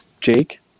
Jake